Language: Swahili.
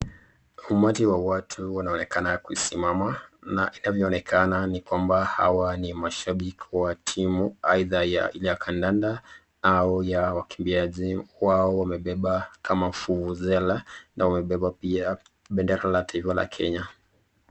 Umati wa watu wanaonekana kusimama na inavyoonekana ni kwamba hawa ni mashabiki wa timu aidha ile ya kandanda au ya wakimbiaji. Wao wamebeba kama vuvuzela na wamebeba pia bendera la taifa la Kenya.